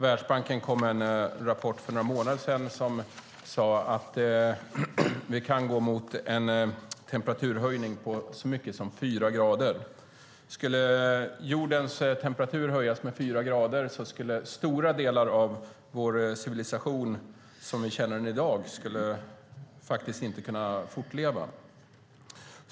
Världsbanken kom med en rapport för några månader sedan som sade att vi kan gå mot en temperaturhöjning på så mycket som fyra grader. Skulle jordens temperatur höjas med fyra grader skulle stora delar av vår civilisation sådan vi känner den i dag inte kunna fortleva.